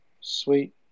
Sweet